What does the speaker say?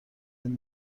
این